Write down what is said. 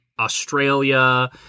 australia